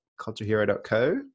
culturehero.co